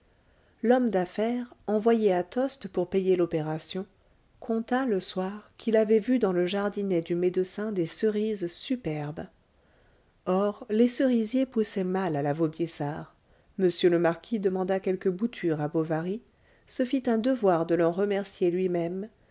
l'homme d'affaires envoyé à tostes pour payer l'opération conta le soir qu'il avait vu dans le jardinet du médecin des cerises superbes or les cerisiers poussaient mal à la vaubyessard m le marquis demanda quelques boutures à bovary se fit un devoir de l'en remercier lui-même